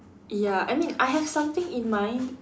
ya I mean I have something in mind